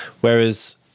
Whereas